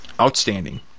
outstanding